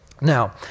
Now